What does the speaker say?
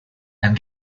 and